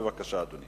בבקשה, אדוני.